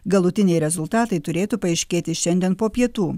galutiniai rezultatai turėtų paaiškėti šiandien po pietų